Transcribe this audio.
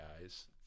guys